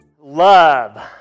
Love